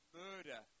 murder